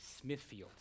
Smithfield